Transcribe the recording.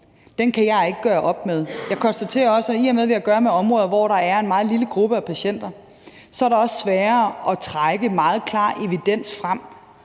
Den kan jeg ikke gøre op med. Jeg konstaterer også, at det, i og med at vi har at gøre med områder, hvor der er en meget lille gruppe af patienter, så også er sværere at trække en meget klar evidens frem,